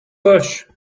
bush